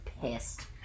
pissed